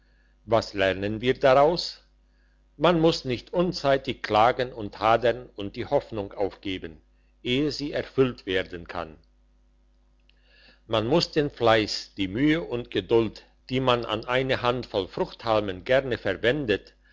was lernen wir daraus man muss nicht unzeitig klagen und hadern und die hoffnung aufgeben ehe sie erfüllt werden kann man muss den fleiss die mühe und geduld die man an eine handvoll fruchthalmen gerne verwendet